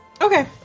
Okay